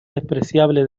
despreciable